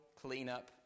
cleanup